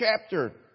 chapter